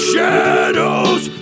Shadows